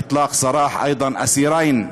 שוחררו עוד שני אסירים,